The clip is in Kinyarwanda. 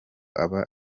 aba